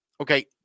Okay